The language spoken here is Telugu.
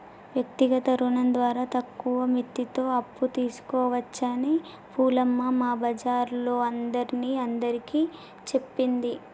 వ్యక్తిగత రుణం ద్వారా తక్కువ మిత్తితో అప్పు తీసుకోవచ్చని పూలమ్మ మా బజారోల్లందరిని అందరికీ చెప్పింది